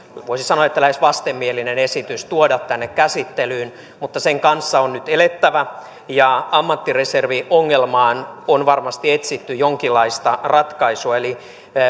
voisi sanoa lähes vastenmielinen esitys tuoda tänne käsittelyyn mutta sen kanssa on nyt elettävä ja ammattireserviongelmaan on varmasti etsitty jonkinlaista ratkaisua eli